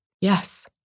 Yes